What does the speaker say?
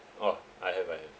oh I have I have